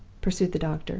pursued the doctor,